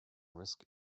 risk